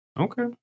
Okay